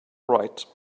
right